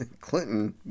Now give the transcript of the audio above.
Clinton